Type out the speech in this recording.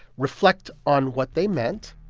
reflect on what they meant,